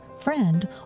friend